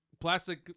plastic